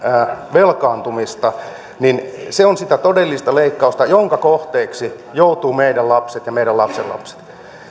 velkaantumista niin se on sitä todellista leikkausta jonka kohteeksi joutuvat meidän lapset ja meidän lapsenlapset